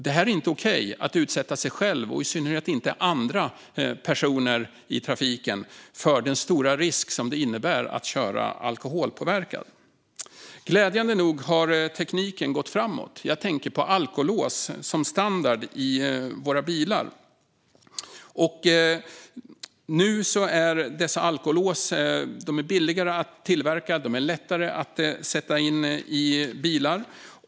Det är inte okej att utsätta sig själv och i synnerhet andra personer i trafiken för den stora risk det innebär att köra alkoholpåverkad. Glädjande nog har tekniken gått framåt. Jag tänker på alkolås som standard i våra bilar. Alkolåsen är nu billigare att tillverka och lättare att sätta in i bilarna.